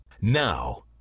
Now